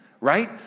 right